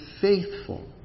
faithful